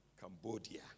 Cambodia